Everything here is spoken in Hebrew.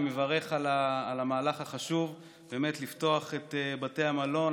אני מברך על המהלך החשוב באמת לפתוח את בתי המלון,